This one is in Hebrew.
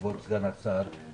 כבוד סגן השר,